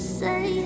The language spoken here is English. say